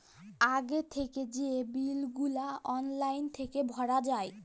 আগে থ্যাইকে যে বিল গুলা অললাইল থ্যাইকে ভরা যায়